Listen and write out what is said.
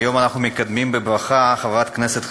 היום אנחנו מקדמים בברכה חברת כנסת חדשה,